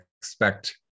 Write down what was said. expect